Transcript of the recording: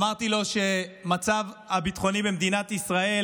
אמרתי לו שהמצב הביטחוני במדינת ישראל